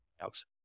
Alex